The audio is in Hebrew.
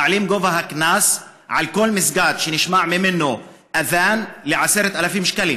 מעלים את גובה הקנס לכל מסגד שנשמע ממנו אד'אן ל-10,000 שקלים